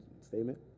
statement